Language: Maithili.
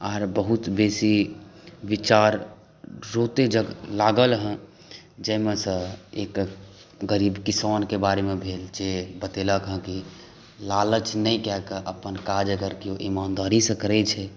आर बहुत बेसी विचार रोतेजग लागलहेँ जाहिमे सॅं एक गरीब किसानके बारेमे भेल जे बतेलक हेँ कि लालच नहि कए कए अपन काज जँ केओ ईमानदारी सॅं करै छै